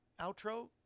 outro